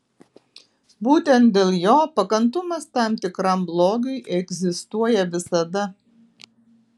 būtent dėl jo pakantumas tam tikram blogiui egzistuoja visada